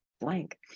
blank